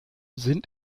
sind